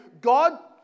God